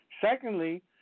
Secondly